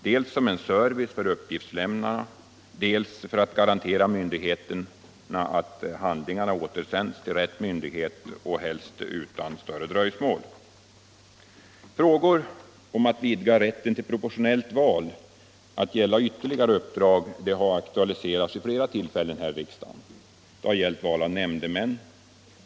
dels som service till uppgiftslämnarna, dels för att garantera myndigheterna att handlingarna återsänds till rätt myndighet och helst utan större dröjsmål. Frågor om att vidga rätten till proportionella val att avse ytterligare uppdrag har aktualiserats vid flera tillfällen i riksdagen. Det har bl.a. gällt val av nämndemän.